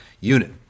unit